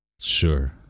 Sure